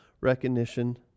recognition